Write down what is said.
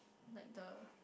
like the